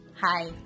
Hi